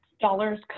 dollars